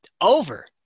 over